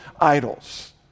idols